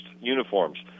uniforms